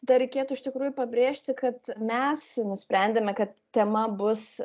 dar reikėtų iš tikrųjų pabrėžti kad mes nusprendėme kad tema bus